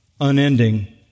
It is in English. unending